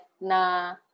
na